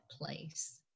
place